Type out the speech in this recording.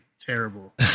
terrible